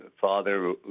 father